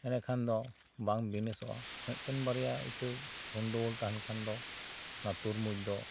ᱤᱱᱟ ᱠᱷᱟᱱ ᱫᱚ ᱵᱟᱝ ᱵᱤᱱᱟ ᱥᱚᱜ ᱟ ᱢᱤᱫᱴᱟᱱ ᱵᱟᱨᱮᱭᱟ ᱤᱛᱟ ᱜᱚᱱᱰᱟᱹ ᱜᱟᱹᱞ ᱛᱟᱦᱮᱱ ᱠᱷᱟᱱ ᱫᱚ ᱱᱚᱭᱟ ᱛᱩᱨᱢᱩᱪ ᱫᱚ